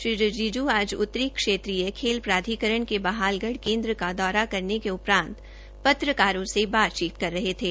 श्री रिजिज् आज उतरी क्षेत्रिय खेल प्राधिकरण के बहालगढ़ केंद्र का दौरा करने के उपरांत पत्रकारों से बातचीत कर रहे थे